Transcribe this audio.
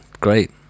great